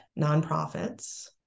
nonprofits